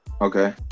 Okay